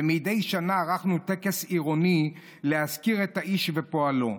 ומדי שנה ערכנו טקס עירוני להזכיר את האיש ופועלו,